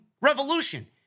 Revolution